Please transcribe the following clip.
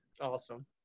Awesome